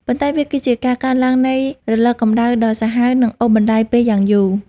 ប៉ុន្តែវាគឺជាការកើនឡើងនៃរលកកម្ដៅដ៏សាហាវ និងអូសបន្លាយពេលយ៉ាងយូរ។